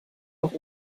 auch